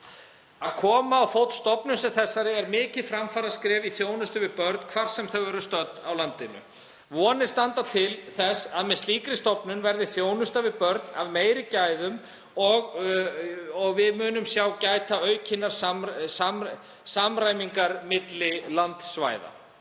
Að koma á fót stofnun sem þessari er mikið framfaraskref í þjónustu við börn, hvar sem þau eru stödd á landinu. Vonir standa til þess að með slíkri stofnun verði þjónusta við börn af meiri gæðum og við munum sjá gæta aukinnar samræmingar milli landsvæða.